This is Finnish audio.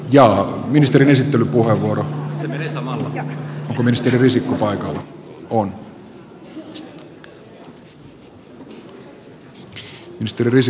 ja terveysvaliokuntaan jolle perustuslakivaliokunnan on annettava lausunto